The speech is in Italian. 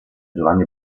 giovanni